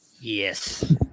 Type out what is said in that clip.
Yes